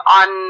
on